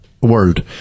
world